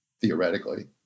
theoretically